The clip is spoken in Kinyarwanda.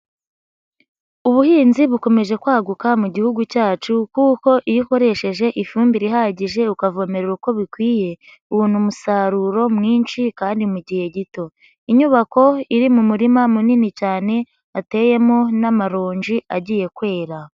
Ubuhinzi bukomeje kwaguka mu gihugu cyacu kuko iyo ukoresheje ifumbire ihagije ukavomere uko bikwiye ubona umusaruro mwinshi kandi mu gihe gito. Inyubako iri mu murima munini cyane hateyemo n'amaronji agiye kwera.